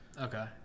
Okay